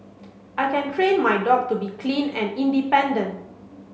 I can train my dog to be clean and independent